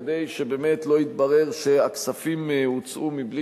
כדי שבאמת לא יתברר שהכספים הוצאו בלי